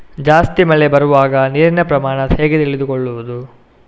ಜಾಸ್ತಿ ಮಳೆ ಬರುವಾಗ ನೀರಿನ ಪ್ರಮಾಣ ಹೇಗೆ ತಿಳಿದುಕೊಳ್ಳುವುದು?